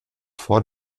vor